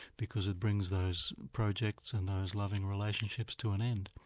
because it brings those projects and those loving relationships to an end.